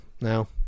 now